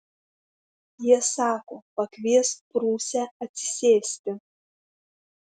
jie sako pakviesk prūsę atsisėsti